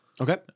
Okay